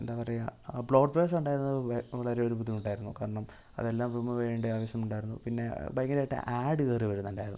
എന്താ പറയുക ബ്ലോട്ട് വെയേർസുണ്ടായിരുന്നത് വെ വളരെ ഒരു ബുദ്ധിമുട്ടായിരുന്നു കാരണം അതെല്ലാം റീമൂവ് ചെയ്യേണ്ട ആവശ്യം ഉണ്ടായിരുന്നു പിന്നേ ഭയങ്കരമായിട്ട് ആഡ് കയറി വരുന്നുണ്ടായിരുന്നു